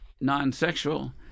non-sexual